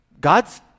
God's